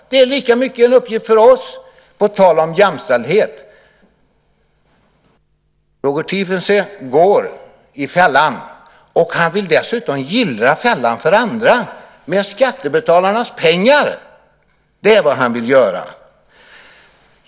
Det är lika mycket en uppgift för oss, på tal om jämställdhet. Roger Tiefensee går i fällan, och han vill dessutom gillra fällan för andra med skattebetalarnas pengar. Det är vad han vill göra.